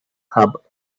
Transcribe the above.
hub